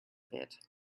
bit